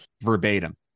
verbatim